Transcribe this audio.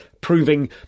proving